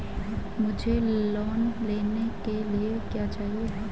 मुझे लोन लेने के लिए क्या चाहिए?